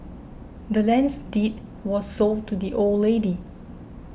the land's deed was sold to the old lady